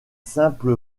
simple